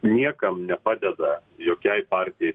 niekam nepadeda jokiai partijai